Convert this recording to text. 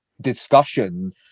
discussion